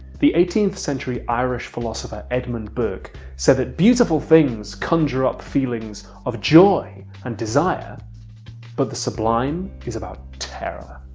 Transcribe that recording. the eighteenth century irish philosopher edmund burke said that beautiful things conjure up feelings of joy and desire but the sublime is about terror.